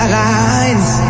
lines